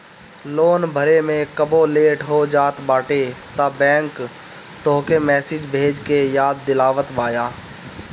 loan भरे में कबो लेट हो जात बाटे तअ बैंक तोहके मैसेज भेज के याद दिलावत बिया